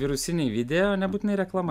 virusiniai video nebūtinai reklama